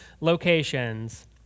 locations